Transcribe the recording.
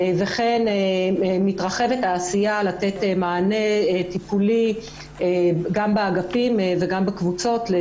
וכן מתרחבת העשייה על מנת לתת מענה טיפולי גם באגפים וגם בקבוצות.